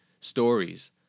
stories